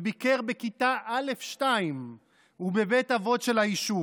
וביקר בכיתה א'2 ובבית אבות של היישוב.